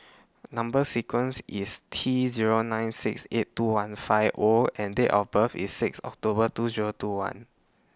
Number sequence IS T Zero nine six eight two one five O and Date of birth IS six October two Zero two one